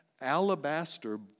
alabaster